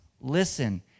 listen